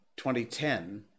2010